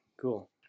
cool